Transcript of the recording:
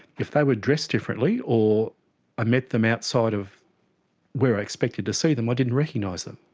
if they were dressed differently or i met them outside of where i expected to see them, i didn't recognise them.